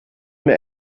mir